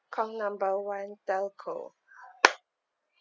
call number one telco